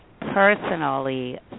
personally